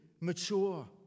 mature